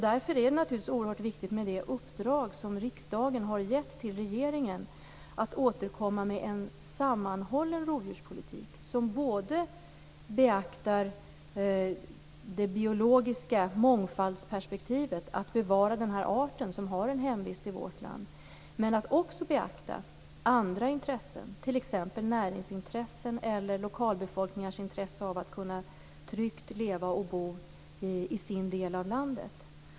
Därför är det oerhört viktigt med det uppdrag riksdagen har gett regeringen att återkomma med en sammanhållen rovdjurspolitik som både beaktar det biologiska mångfaldsperspektivet att bevara den art som har en hemvist i vårt land, men att också beakta andra intressen, t.ex. näringsintressen eller lokalbefolkningars intresse av att tryggt leva och bo i sin del av landet.